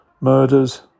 Murders